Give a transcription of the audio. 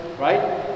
right